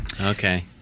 Okay